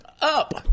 up